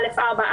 א/4,